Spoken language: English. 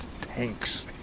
tanks